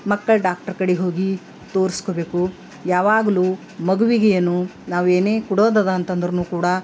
ಮಕ್ಕಳ ಡಾಕ್ಟರ್ ಕಡಿಗೆ ಹೋಗಿ ತೋರಿಸ್ಕೋಬೇಕು ಯಾವಾಗಲು ಮಗುವಿಗೆ ಏನು ನಾವೇನೇ ಕೊಡೋದಿದೆ ಅಂತಂದ್ರೆನೂ ಕೂಡ